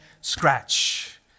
scratch